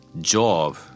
job